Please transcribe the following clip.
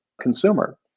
consumer